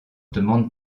demande